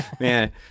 Man